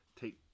Take